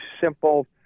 simple